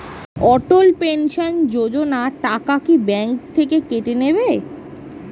অটল pension Yojana টাকা কি bank থেকে কেটে নেবে?